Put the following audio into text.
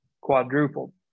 quadrupled